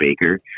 Baker